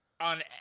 On